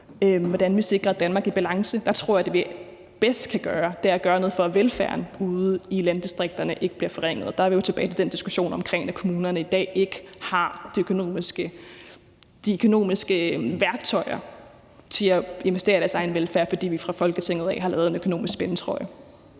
hvordan vi sikrer et Danmark i balance, tror jeg, det bedste, vi kan gøre, er at gøre noget for, at velfærden ude i landdistrikterne ikke bliver forringet. Der er vi jo tilbage ved den diskussion om, at kommunerne i dag ikke har de økonomiske værktøjer til at investere i deres egen velfærd, fordi vi fra Folketingets side af har lavet en økonomisk spændetrøje.